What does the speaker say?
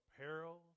peril